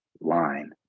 line